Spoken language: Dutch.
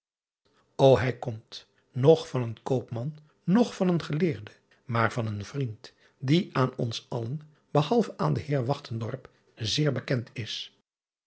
hij komt noch van een oopman noch van een eleerde maar van een vriend die aan ons driaan oosjes zn et leven van illegonda uisman allen behalve aan den eer zeer bekend is